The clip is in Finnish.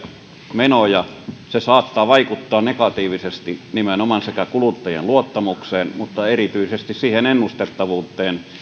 menoja se saattaa vaikuttaa negatiivisesti nimenomaan kuluttajien luottamukseen mutta erityisesti siihen ennustettavuuteen